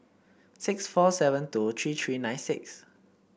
six four seven two three three nine six